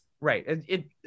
Right